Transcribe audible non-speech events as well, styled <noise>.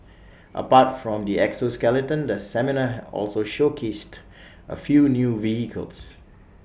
<noise> apart from the exoskeleton the seminar also showcased A few new vehicles